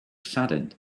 saddened